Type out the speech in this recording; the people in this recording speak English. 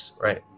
right